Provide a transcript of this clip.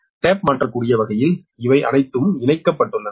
tape மாற்றக்கூடிய வகையில் இவை அனைத்தும் இணைக்கப்பட்டுள்ளன